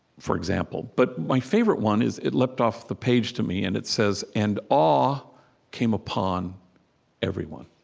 for example. but my favorite one is it leapt off the page to me. and it says, and awe awe came upon everyone,